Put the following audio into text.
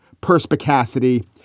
perspicacity